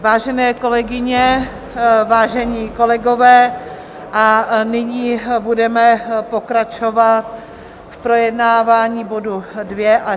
Vážené kolegyně, vážení kolegové, nyní budeme pokračovat v projednávání bodu 2.